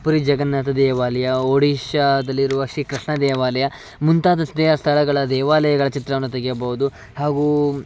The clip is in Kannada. ಪುರಿ ಜಗನ್ನಾಥ ದೇವಾಲಯ ಒಡಿಶಾದಲ್ಲಿರುವ ಶ್ರೀಕೃಷ್ಣ ದೇವಾಲಯ ಮುಂತಾದ ಸ್ಥಳಗಳ ದೇವಾಲಯಗಳ ಚಿತ್ರವನ್ನು ತೆಗೆಯಬೋದು ಹಾಗೂ